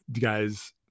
guys